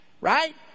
Right